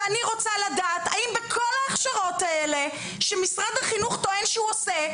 ואני רוצה לדעת האם בכל ההכשרות האלה שמשרד החינוך טוען שהוא עושה,